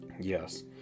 Yes